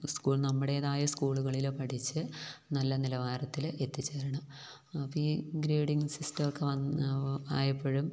school നമ്മുടേതായ സ്കൂളുകളില് പഠിച്ച് നല്ല നിലവാരത്തില് എത്തിച്ചേരണം അപ്പോള് ഈ ഗ്രേഡിംഗ് സിസ്റ്റമൊക്കെ വന്ന് ആയപ്പോഴും